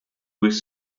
with